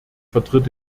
vertritt